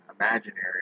imaginary